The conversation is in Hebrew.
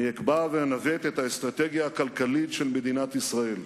אני אקבע ואנווט את האסטרטגיה הכלכלית של מדינת ישראל.